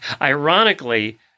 ironically